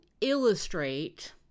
illustrate